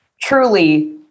truly